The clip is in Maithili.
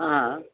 हँ